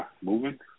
moving